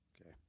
okay